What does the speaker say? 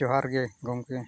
ᱡᱚᱦᱟᱨᱜᱮ ᱜᱚᱢᱠᱮ